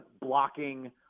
blocking